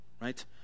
right